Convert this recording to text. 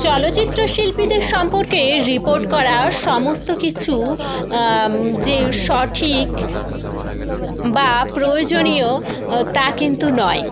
চলচ্চিত্র শিল্পীদের সম্পর্কে রিপোর্ট করা সমস্ত কিছু যে সঠিক বা প্রয়োজনীয় তা কিন্তু নয়